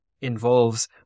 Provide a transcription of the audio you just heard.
involves